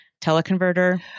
teleconverter